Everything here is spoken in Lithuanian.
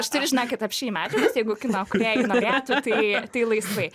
aš turiu žinokit apsčiai medžiagos jeigu kino kūrėjai norėtų tai tai laisvai